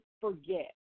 forget